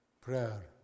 Prayer